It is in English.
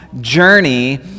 journey